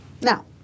Now